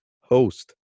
host